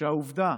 שמשמעות העובדה